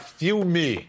filme